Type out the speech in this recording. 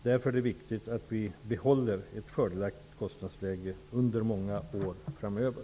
Därför är det viktigt att vi behåller ett fördelaktigt kostnadsläge under många år framöver.